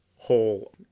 Whole